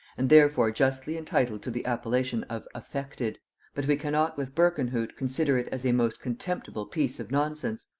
and therefore justly entitled to the appellation of affected but we cannot with berkenhout consider it as a most contemptible piece of nonsense